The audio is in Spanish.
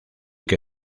que